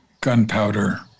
gunpowder